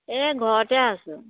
এই ঘৰতে আছোঁ